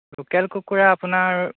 local কুকুৰা আপোনাৰ